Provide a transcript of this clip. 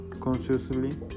consciously